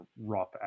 rough